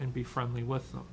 and be friendly with them